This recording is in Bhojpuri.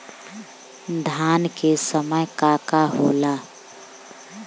धान के समय का का होला?